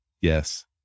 Yes